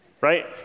right